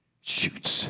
Shoots